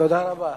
תודה רבה.